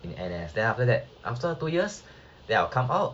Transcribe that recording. in N_S then after that after two years then I'll come out